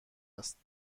است